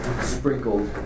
sprinkled